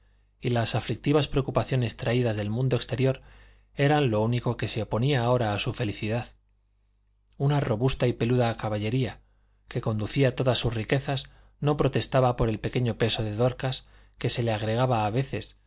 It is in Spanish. y las aflictivas preocupaciones traídas del mundo exterior eran lo único que se oponía ahora a su felicidad una robusta y peluda caballería que conducía todas sus riquezas no protestaba por el pequeño peso de dorcas que se le agregaba a veces